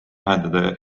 lahendada